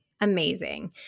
amazing